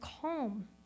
calm